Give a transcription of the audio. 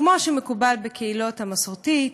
כמו שמקובל בקהילה המסורתית,